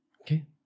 Okay